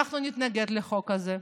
אנחנו נתנגד לחוק הזה,